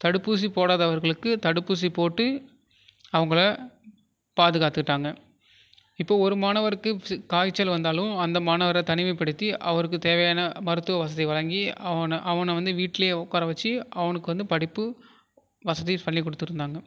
தடுப்பூசி போடாதவர்களுக்கு தடுப்பூசி போட்டு அவங்கள பாதுகாத்துட்டாங்க இப்போ ஒரு மாணவருக்கு காய்ச்சல் வந்தாலும் அந்த மாணவரை தனிமைப்படுத்தி அவருக்கு தேவையான மருத்துவ வசதி வழங்கி அவனை அவனை வந்து வீட்டிலையே உட்கார வச்சு அவனுக்கு வந்து படிப்பு வசதி பண்ணி கொடுத்துருந்தாங்க